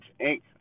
Inc